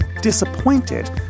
disappointed